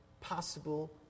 possible